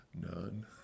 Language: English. None